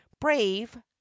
brave